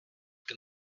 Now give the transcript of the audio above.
can